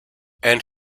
and